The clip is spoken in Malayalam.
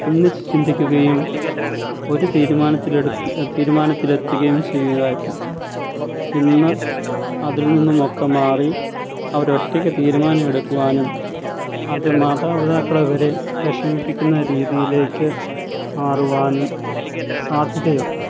ഒന്നിച്ചു ചിന്തിക്കുകയും ഒരു തീരുമാനത്തിലെടു തീരുമാനത്തിലെത്തുകയും ചെയ്യുവാൻ ഇന്ന് അതിൽ നിന്നുമൊക്കെ മാറി അവരൊറ്റയ്ക്കു തീരുമാനെടുക്കുവാനും അത് മാതാപിതാക്കളെ വരെ വിഷമിപ്പിക്കുന്ന രീതിയിലേക്ക് മാറുവാനും സാധ്യതയുണ്ട്